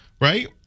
Right